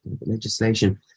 legislation